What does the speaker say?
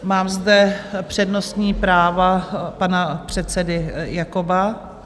Mám zde přednostní právo pana předsedy Jakoba.